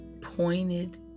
pointed